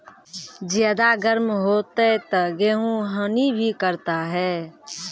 ज्यादा गर्म होते ता गेहूँ हनी भी करता है?